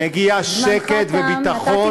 והדרום מגיע שקט וביטחון,